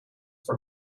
for